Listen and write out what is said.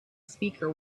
speaker